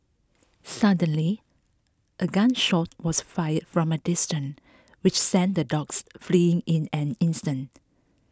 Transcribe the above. suddenly a gun shot was fired from a distance which sent the dogs fleeing in an instant